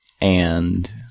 and-